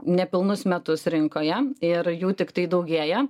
nepilnus metus rinkoje ir jų tiktai daugėja